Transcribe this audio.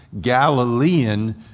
Galilean